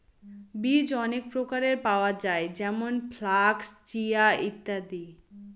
বীজ অনেক প্রকারের পাওয়া যায় যেমন ফ্লাক্স, চিয়া, ইত্যাদি